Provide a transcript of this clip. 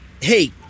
Hey